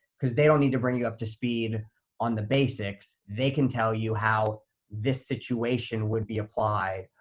because they don't need to bring you up to speed on the basics. they can tell you how this situation would be applied,